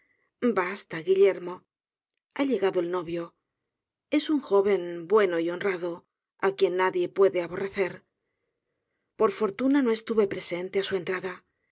basta guillermo ha llegado el novio es un joven bueno y honrado á quien nadie puede aborrecer por fortuna no estuve presente á su entrada